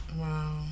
wow